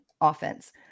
offense